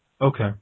Okay